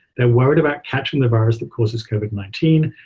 they're worried about catching the virus that causes covid nineteen.